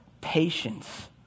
patience